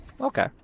okay